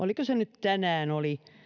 oliko se nyt tänään